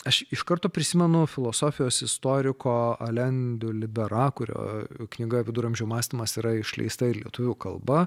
aš iš karto prisimenu filosofijos istoriko alen diu libera kurio knyga viduramžių mąstymas yra išleista ir lietuvių kalba